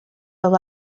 fel